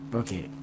okay